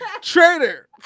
traitor